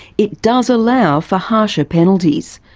it does allow for harsher penalties.